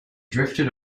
drifted